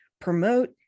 promote